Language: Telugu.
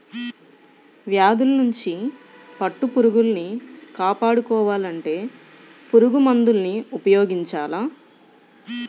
వ్యాధుల్నించి పట్టుపురుగుల్ని కాపాడుకోవాలంటే పురుగుమందుల్ని ఉపయోగించాల